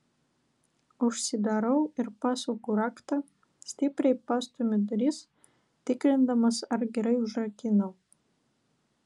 užsidarau ir pasuku raktą stipriai pastumiu duris tikrindamas ar gerai užrakinau